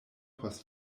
post